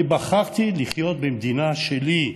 אני בחרתי לחיות במדינה שלי,